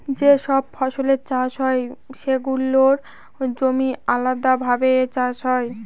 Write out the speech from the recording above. যে সব ফসলের চাষ হয় সেগুলোর জমি আলাদাভাবে চাষ হয়